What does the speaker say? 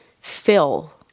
fill